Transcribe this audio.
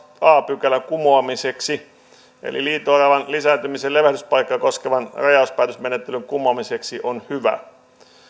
a pykälän kumoamiseksi eli liito oravan lisääntymis ja levähdyspaikkaa koskevan rajauspäätösmenettelyn kumoamiseksi on hyvä